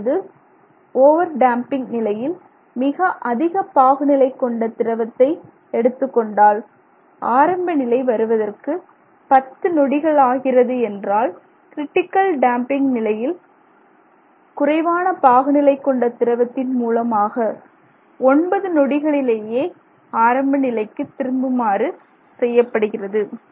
அதாவது over damping நிலையில் மிக அதிக பாகுநிலை கொண்ட திரவத்தை எடுத்துக்கொண்டால் அதன் ஆரம்ப நிலைக்கு வருவதற்கு பத்து நொடிகள் ஆகிறது என்றால் க்ரிட்டிக்கல் டேம்பிங் நிலையில் குறைவான பாகுநிலை கொண்ட திரவத்தின் மூலமாக ஒன்பது நொடிகளிலேயே ஆரம்ப நிலைக்கு அமைப்பு திரும்புமாறு செய்யப்படுகிறது